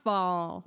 Fall